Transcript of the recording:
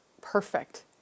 perfect